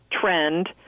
trend